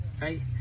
right